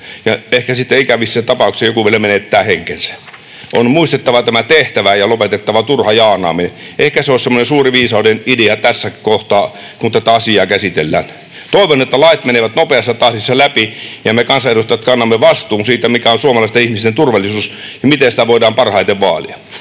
ehkä sitten ikävissä tapauksissa joku vielä menettää henkensä. On muistettava tämä tehtävä ja lopetettava turha jaanaaminen. Ehkä se olisi semmoinen suuri viisauden idea tässä kohtaa, kun tätä asiaa käsitellään. Toivon, että lait menevät nopeassa tahdissa läpi ja me kansanedustajat kannamme vastuun siitä, mikä on suomalaisten ihmisten turvallisuus ja miten sitä voidaan parhaiten vaalia.